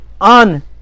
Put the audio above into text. on